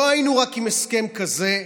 לא היינו רק עם הסכם כזה,